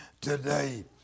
today